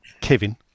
Kevin